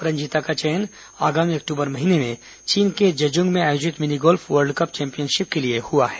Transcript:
रंजीता का चयन आगामी अक्टूबर महीने में चीन के जंजुग में आयोजित mini golf world cup championship के लिए हुआ है